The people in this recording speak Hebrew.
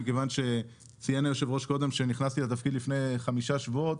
מכיוון שציין היו"ר קודם שנכנסתי לתפקיד לפני חמישה שבועות,